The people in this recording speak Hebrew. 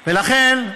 לכן,